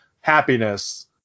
happiness